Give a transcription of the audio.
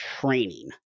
training